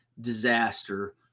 disaster